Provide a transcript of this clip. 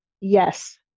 Yes